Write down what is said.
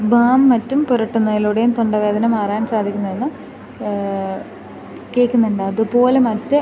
balm മറ്റും പുരട്ടുന്നതിലൂടെയും തൊണ്ടവേദന മാറാൻ സാധിക്കുന്നു എന്ന് കേൾക്കുന്നുണ്ട് അതുപോലെ മറ്റ്